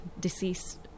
deceased